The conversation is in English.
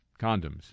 condoms